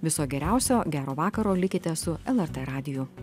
viso geriausio gero vakaro likite su lrt radiju